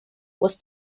was